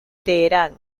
teherán